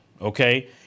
Okay